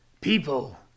People